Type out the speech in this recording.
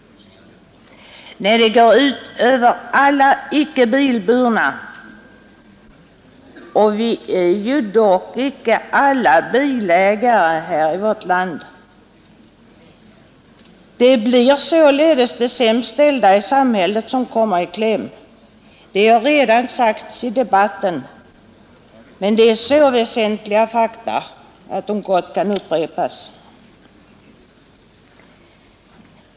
Nej, det går ut över de icke bilburna, och vi är ju dock icke alla bilägare i vårt land. Det blir således de sämst ställda i samhället som kommer i kläm. Detta har redan sagts i debatten, men dessa fakta är så väsentliga att de gott kan upprepas.